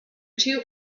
two